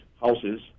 houses